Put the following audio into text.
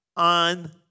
On